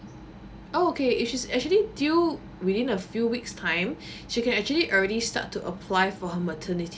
oh okay if she's actually due within a few weeks time she can actually already start to apply for her maternity